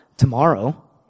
Tomorrow